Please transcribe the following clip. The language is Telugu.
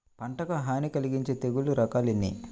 పంటకు హాని కలిగించే తెగుళ్ల రకాలు ఎన్ని?